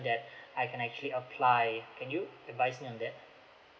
that I can actually apply can you advise me on that